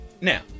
Now